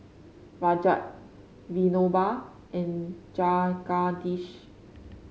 Rajat Vinoba and Jagadish